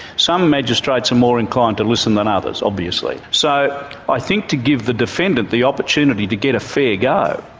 some magistrates are more inclined to listen than others, obviously. so i think to give the defendant the opportunity to get a fair go,